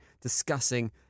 discussing